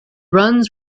runs